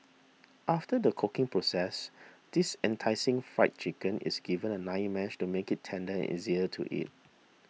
after the cooking process this enticing Fried Chicken is given a nine mash to make it tender and easier to eat